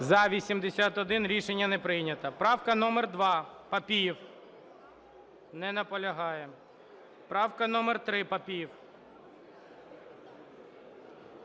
За-81 Рішення не прийнято. Правка номер 2, Папієв. Не наполягає. Правка номер 3, Папієв.